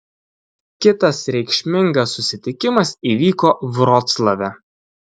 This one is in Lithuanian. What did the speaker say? kitas reikšmingas susitikimas įvyko vroclave